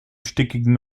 stickigen